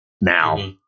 now